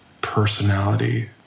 personality